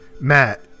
Matt